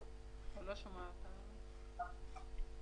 ולא מרשות שדות התעופה.